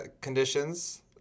conditions